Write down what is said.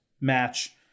match